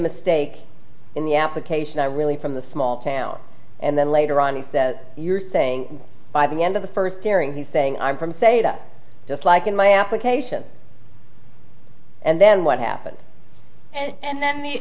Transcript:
mistake in the application i really from the small town and then later on he says you're saying by the end of the first airing he's saying i'm from saida just like in my application and then what happened and then the